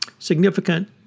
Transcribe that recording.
Significant